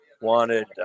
wanted